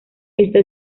esta